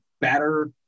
better